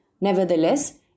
Nevertheless